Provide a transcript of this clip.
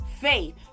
faith